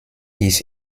ist